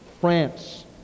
France